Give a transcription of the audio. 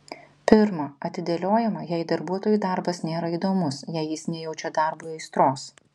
pirma atidėliojama jei darbuotojui darbas nėra įdomus jei jis nejaučia darbui aistros